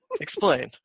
explain